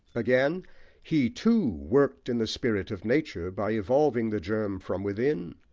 again he, too, worked in the spirit of nature, by evolving the germ from within,